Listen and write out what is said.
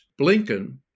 Blinken